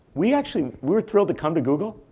we actually were thrilled to come to google,